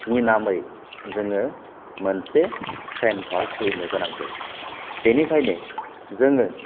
नि नामै जोङो मोनसे फेन कार्ड खुलिनो गोनां जायो बेनिखायनो जोङो